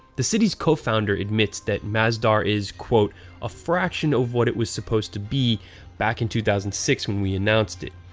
the city's co-founder admits that masdar is a fraction of what it was supposed to be back in two thousand and six when we announced it.